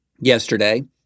yesterday